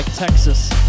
Texas